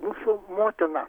mūsų motina